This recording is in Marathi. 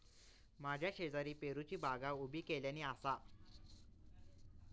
माझ्या शेजारी पेरूची बागा उभी केल्यानी आसा